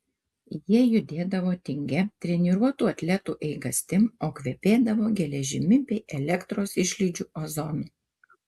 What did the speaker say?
jie judėdavo tingia treniruotų atletų eigastim o kvepėdavo geležimi bei elektros išlydžių ozonu